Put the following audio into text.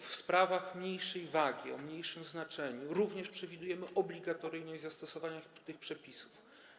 W sprawach mniejszej wagi, o mniejszym znaczeniu również przewidujemy obligatoryjnie zastosowanie tych przepisów.